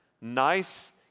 nice